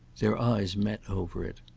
their eyes met over it.